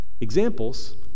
examples